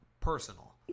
personal